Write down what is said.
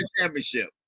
championship